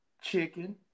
chicken